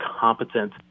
competent